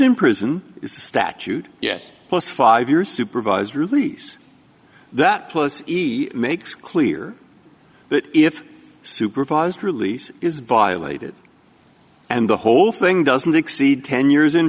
in prison is a statute yes plus five years supervised release that plus makes clear that if supervised release is violated and the whole thing doesn't exceed ten years in